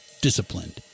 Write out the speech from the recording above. disciplined